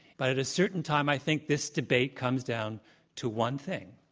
but at a certain time, i think this debate comes down to one thing,